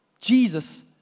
Jesus